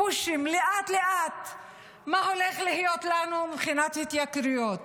לאט-לאט מה הולך להיות לנו מבחינת התייקרויות.